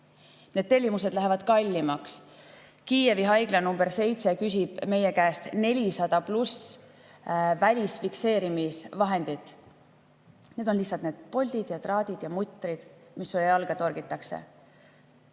Need tellimused lähevad kallimaks. Kiievi haigla nr 7 palub meie käest 400+ fikseerimisvahendit. Need on lihtsalt need poldid ja traadid ja mutrid, mis jalga torgatakse.